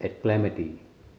at Clementi